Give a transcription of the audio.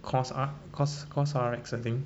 cos R cos~ Cosrx I think